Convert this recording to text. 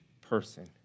person